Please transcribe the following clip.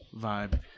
vibe